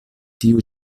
tiu